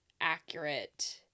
accurate